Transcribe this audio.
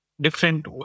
different